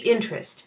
interest